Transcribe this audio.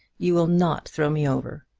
you will not throw me over.